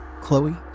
Chloe